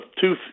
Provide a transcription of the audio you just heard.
two